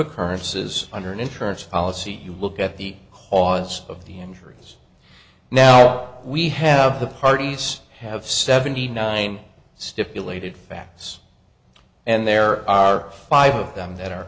occurrences under an insurance policy you look at the cause of the injuries now we have the parties have seventy nine stipulated facts and there are five of them that are